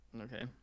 Okay